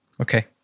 Okay